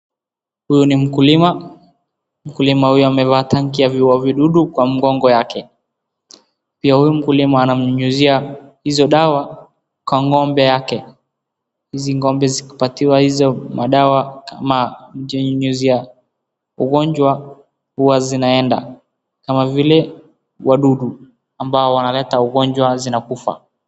Huyu ni mkulima, mkulima huyu amevaa tanki ya vidudu kwa mgongo yake, pia huyu mkulima anamnyunyizia hizo dawa kwa ng'ombe yake. Hizi ng'ombe zikipatiwa hizo madawa kama kunyunyizia ugonjwa huwa zinaenda kama vile wadudu ambao wanaleta ugonjwa zinakufa.